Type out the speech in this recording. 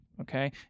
okay